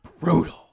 brutal